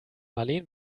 marleen